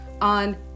on